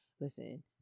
listen